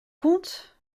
comte